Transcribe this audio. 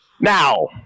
Now